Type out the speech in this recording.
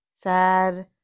sad